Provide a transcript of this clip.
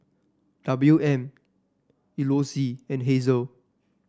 W M Elouise and Hazel